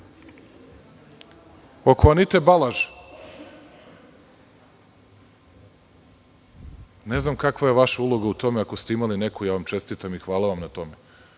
Oko Anite Balaš, ne znam kakva je vaša uloga u tome, ako ste imali neku, ja vam čestitam i hvala vam na tome,